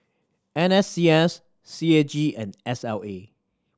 N S C S C A G and S L A